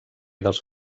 dels